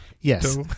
Yes